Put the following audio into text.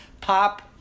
pop